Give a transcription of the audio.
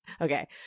okay